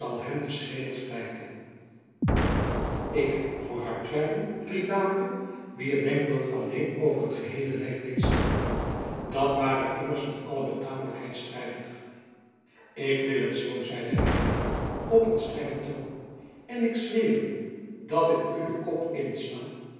hem den schedel splijten ik vooruitrijden riep daamke wien het denkbeeld alleen over het geheele lijf deed sidderen dat ware immers met alle betamelijkheid strijdig ik wil het zoo zeide reinout op een strengen toon en ik zweer u dat ik u den kop insla